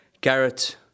Garrett